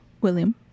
William